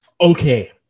okay